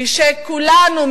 שכולנו,